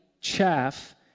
chaff